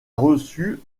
reçu